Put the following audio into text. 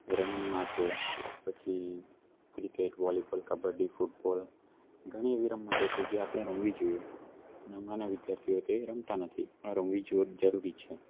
રનીંગમાં છે પછી cricket volleyball kabaddi football ઘણી એવી રમતો છે જે આપણે રમવી જોઈએ અને હમણાંના વિદ્યાર્થીઓ એ રમતા નથી પણ રમવી જ જરૂરી છે